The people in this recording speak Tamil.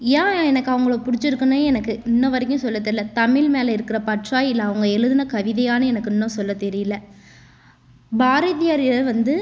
ஏன் எனக்கு அவங்கள பிடிச்சிருக்குனு எனக்கு இன்னவரைக்கும் சொல்ல தெரியல தமிழ் மேலே இருக்கிற பற்றா இல்லை அவங்க எழுதின கவிதையானு எனக்கு இன்னும் சொல்ல தெரியல பாரதியாரு வந்து